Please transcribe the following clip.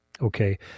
Okay